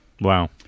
Wow